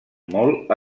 molt